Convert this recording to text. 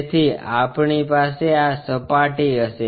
તેથી આપણી પાસે આ સપાટી હશે